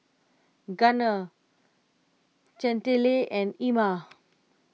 Gunner Chantelle and Ima